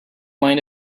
mind